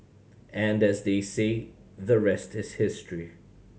and as they say the rest is history